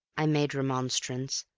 i made remonstrance,